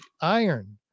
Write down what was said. iron